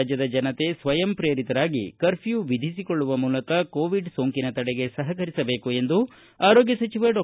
ರಾಜ್ಯದ ಜನತೆ ಸ್ವಯಂಪ್ರೇರಿತರಾಗಿ ಕರ್ಪ್ಯೂ ವಿಧಿಸಿಕೊಳ್ಳುವ ಮೂಲಕ ಕೋವಿಡ್ ಸೋಂಕಿನ ತಡೆಗೆ ಸಹಕರಿಸಬೇಕು ಎಂದು ಆರೋಗ್ಯ ಸಚಿವ ಡಾ